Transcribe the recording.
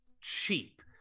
cheap